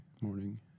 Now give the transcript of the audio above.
morning